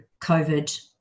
COVID